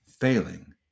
Failing